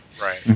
Right